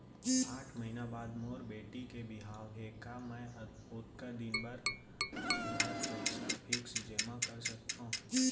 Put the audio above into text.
आठ महीना बाद मोर बेटी के बिहाव हे का मैं ओतका दिन भर पइसा फिक्स जेमा कर सकथव?